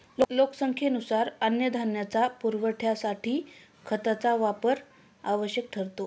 लोकसंख्येनुसार अन्नधान्याच्या पुरवठ्यासाठी खतांचा वापर आवश्यक ठरतो